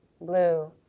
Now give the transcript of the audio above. blue